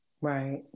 Right